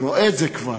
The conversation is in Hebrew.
אני רואה את זה כבר,